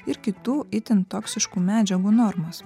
ir kitų itin toksiškų medžiagų normos